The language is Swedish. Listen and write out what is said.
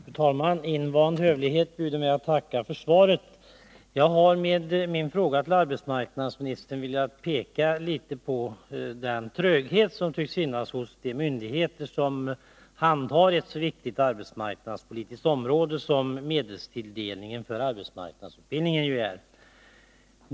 Fru talman! Invand hövlighet bjuder mig att tacka för svaret. Jag har med min fråga till arbetsmarknadsministern velat peka på den tröghet som tycks finnas hos de myndigheter som handhar ett så viktigt arbetsmarknadspolitiskt område som medelstilldelningen för arbetsmarknadsutbildningen.